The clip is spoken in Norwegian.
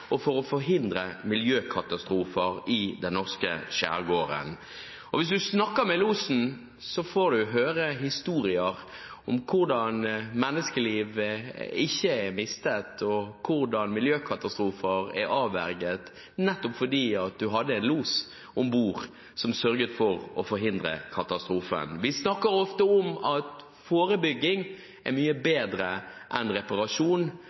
og for å forhindre miljøkatastrofer i den norske skjærgården. Hvis man snakker med losen, får man høre historier om hvordan menneskeliv ikke er gått tapt, og hvordan miljøkatastrofer er avverget – nettopp fordi man hadde en los om bord som sørget for å forhindre katastrofen. Vi snakker ofte om at forebygging er mye bedre enn reparasjon,